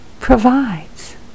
provides